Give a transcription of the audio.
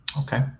Okay